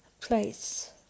place